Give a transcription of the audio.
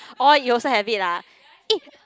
oh you also have it ah eh